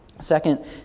Second